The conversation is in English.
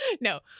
no